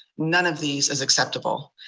none of these is acceptable.